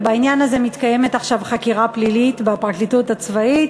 ובעניין הזה מתקיימת עכשיו חקירה פלילית בפרקליטות הצבאית,